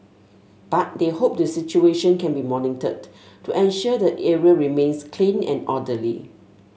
but they hope the situation can be monitored to ensure the area remains clean and orderly